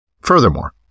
Furthermore